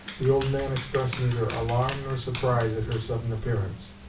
the old man expressed neither alarm nor surprise at her sudden appearance.